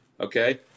okay